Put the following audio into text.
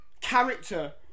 character